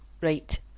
right